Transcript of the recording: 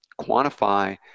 quantify